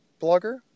blogger